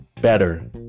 Better